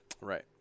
Right